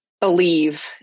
believe